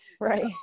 right